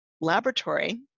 laboratory